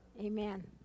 Amen